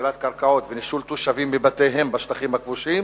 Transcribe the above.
גזלת קרקעות ונישול תושבים מבתיהם בשטחים הכבושים,